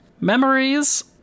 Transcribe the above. memories